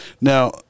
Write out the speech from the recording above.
Now